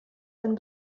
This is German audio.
einen